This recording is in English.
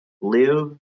live